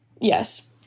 Yes